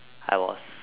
I was